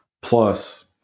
plus